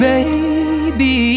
Baby